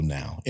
now